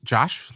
Josh